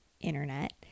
internet